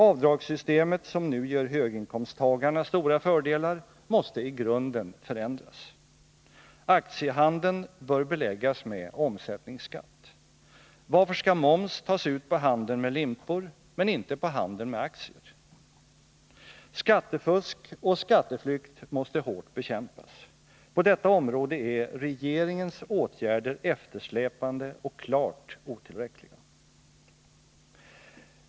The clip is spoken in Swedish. Avdragssystemet, som nu ger höginkomsttagarna stora fördelar, måste i grunden förändras. Aktiehandeln bör beläggas med omsättningsskatt. Varför skall moms tas ut på handeln med limpor men inte på handeln med aktier? Skattefusk och skatteflykt måste hårt bekämpas. På detta område är regeringens åtgärder eftersläpande och klart otillräckliga.